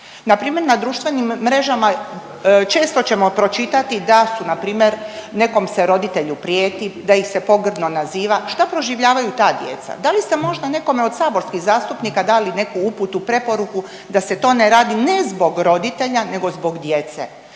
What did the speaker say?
Na primjer na društvenim mrežama često ćemo pročitati da su npr. nekom se roditelju prijeti, da ih se pogrdno naziva, šta proživljavaju ta djeca. Da li ste možda nekome od saborskih zastupnika dali neku uputu, preporuku da se to ne radi ne zbog roditelja nego zbog djece?